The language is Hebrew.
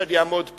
כשאני אעמוד פה,